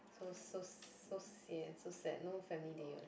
so so so sian so sad no family day one